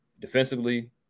defensively